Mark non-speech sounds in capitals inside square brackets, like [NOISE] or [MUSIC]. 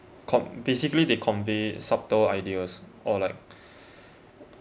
con~ basically they convey subtle ideas or like [BREATH]